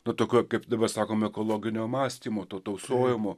na tokio kaip dabar sakom ekologinio mąstymo to tausojimo